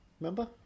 Remember